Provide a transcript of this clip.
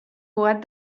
cugat